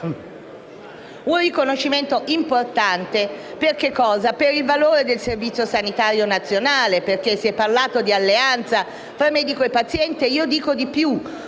un riconoscimento importante per il valore del Servizio sanitario nazionale, perché si è parlato di alleanza tra medico e paziente. Dico di più: